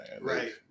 Right